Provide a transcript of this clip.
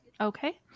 Okay